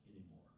anymore